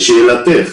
לשאלתך,